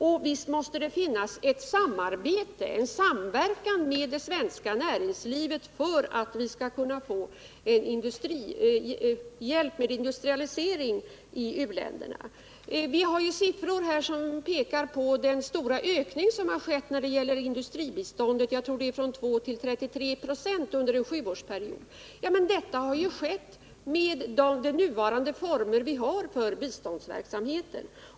Naturligtvis måste det finnas en samverkan med det svenska näringslivet för att vi skall kunna hjälpa till med industrialisering i u-länderna. Vi har siffror här som pekar på den stora ökning som har skett när det gäller industribiståndet; jag tror att det är från 2 till 33 96 under en sjuårsperiod. Men detta har skett med de former vi nu har för biståndsverksamheten.